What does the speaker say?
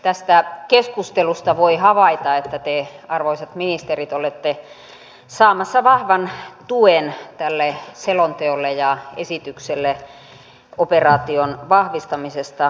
tästä keskustelusta voi havaita että te arvoisat ministerit olette saamassa vahvan tuen tälle selonteolle ja esitykselle operaation vahvistamisesta irakissa